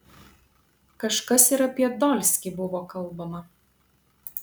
kažkas ir apie dolskį buvo kalbama